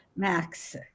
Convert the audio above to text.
Max